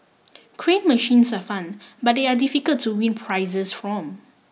crane machines are fun but they are difficult to win prizes from